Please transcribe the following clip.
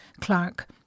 Clark